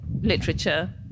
literature